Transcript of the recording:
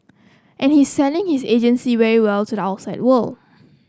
and he's selling his agency very well to the outside world